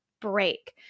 break